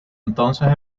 entonces